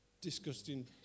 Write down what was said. disgusting